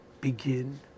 begin